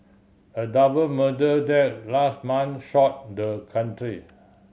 a double murder that last month shocked the country